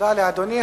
תודה לאדוני.